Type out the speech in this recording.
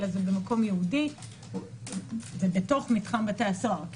אלא זה במקום ייעודי ובתוך מתחם בתי הסוהר.